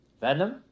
Venom